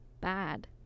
bad